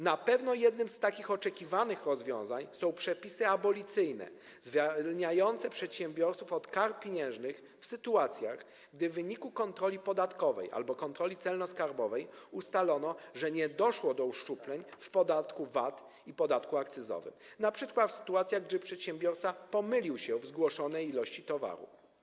Na pewno jednym z takich oczekiwanych rozwiązań są przepisy abolicyjne, zwalniające przedsiębiorców od kar pieniężnych w sytuacjach, gdy w wyniku kontroli podatkowej albo kontroli celno-skarbowej ustalono, że nie doszło do uszczupleń w podatku VAT i podatku akcyzowym, np. wtedy kiedy przedsiębiorca pomylił się w zgłoszonej ilości towaru.